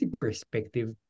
perspective